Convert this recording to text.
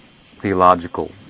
theological